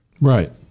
Right